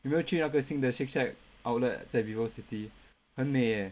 有没有去那个新 the Shake Shack outlet 在 vivocity 很美 eh